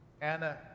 Anna